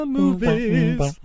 movies